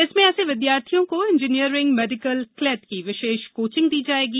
इसमें ऐसे विद्यार्थियों को इंजीनियरिंग मेडीकल क्लेट की विशेष कोचिंग दी जायेगी